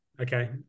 Okay